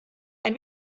ein